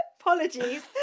Apologies